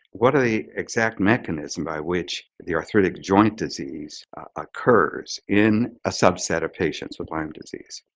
what are the exact mechanism by which the arthritic joint disease occurs in a subset of patients with lyme disease?